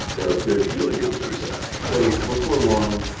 there appeared to be a big issue here. so before long,